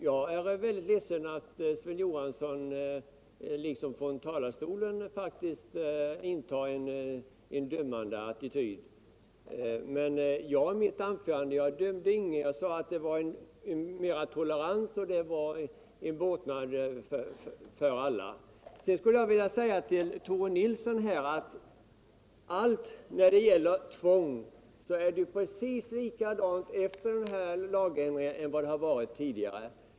Jag är också ledsen för att Sven Johansson faktiskt intog en dömande attityd från talarstolen. Jag däremot dömde ingen. Jag sade att toleransen nu är större och att det är till båtnad för alla. Sedan skulle jag vilja säga till Tore Nilsson att bedömningen av tvång blir precis densamma efter den här lagändringen som tidigare.